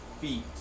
feet